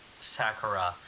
Sakura